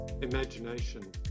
imagination